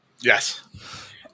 Yes